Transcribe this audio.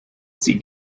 sie